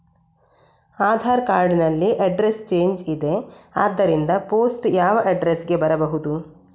Aadhaar card ನಲ್ಲಿ address change ಇದೆ ಆದ್ದರಿಂದ ಪೋಸ್ಟ್ ಯಾವ ಅಡ್ರೆಸ್ ಗೆ ಬರಬಹುದು?